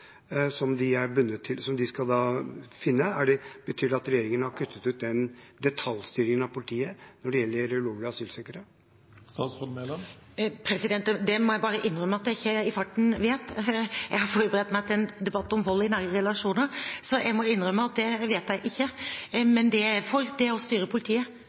som de skal finne. Betyr det at regjeringen har kuttet ut detaljstyringen av politiet når det gjelder ulovlige asylsøkere? Det må jeg bare innrømme at jeg i farten ikke vet. Jeg har forberedt meg til en debatt om vold i nære relasjoner, så jeg må innrømme at det vet jeg ikke. Men det jeg er for, er å styre politiet,